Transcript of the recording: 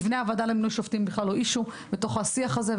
מבנה הוועדה למינוי שופטים בכלל לא נושא בתוך השיח הזה.